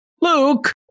Luke